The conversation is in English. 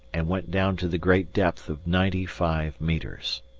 and went down to the great depth of ninety-five metres.